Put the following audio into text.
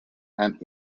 and